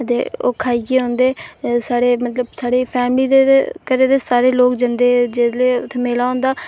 अदे ओह् खाइयै औंदे साढ़े मतलब साढ़ी फैमिली घरै दे सारे लोक जंदे जेह्ड़े उत्थै मेला होंंदा